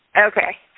Okay